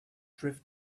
drift